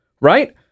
right